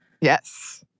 Yes